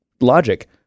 logic